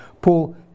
Paul